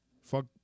Fuck